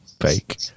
fake